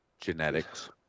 Genetics